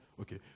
Okay